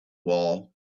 wall